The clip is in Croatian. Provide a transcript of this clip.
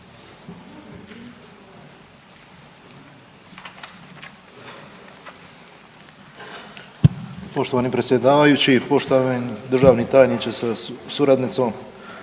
poštovani gospodine Bukarica, poštovani državni tajniče sa suradnicom,